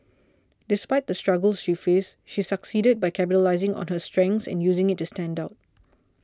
despite the struggles she faced she succeeded by capitalising on her strengths and using it to stand out